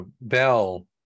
bell